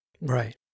Right